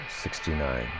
sixty-nine